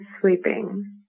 sleeping